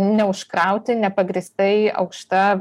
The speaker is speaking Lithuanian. neužkrauti nepagrįstai aukšta